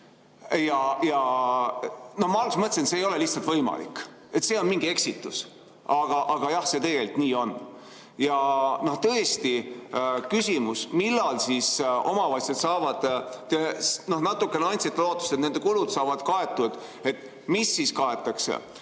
No ma alguses mõtlesin, et see ei ole lihtsalt võimalik, see on mingi eksitus. Aga jah, see tegelikult nii on. Ja tõesti küsimus: millal siis omavalitsused saavad [infot]? Te natukene andsite lootust, et nende kulud saavad kaetud, aga mis siis kaetakse,